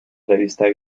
revista